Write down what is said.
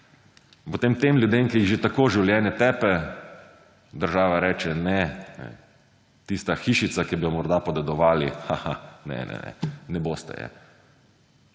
potem tem ljudem, ki jih že tako življenje tepe država reče ne, tista hišica, ki bi jo morda podedovali, ha ha ha, ne, ne, ne, ne boste je.